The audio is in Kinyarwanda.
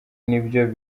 nibyo